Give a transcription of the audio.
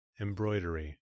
embroidery